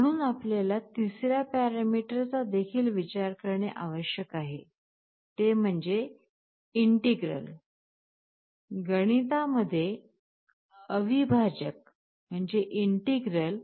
म्हणून आपल्याला तिसर्या पॅरामीटरचा देखील विचार करणे आवश्यक आहे ते म्हणजे इंटीग्रल